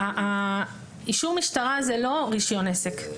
אישור משטרה הוא לא רישיון עסק.